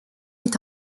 est